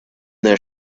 their